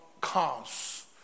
cause